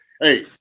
Hey